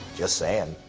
just saying.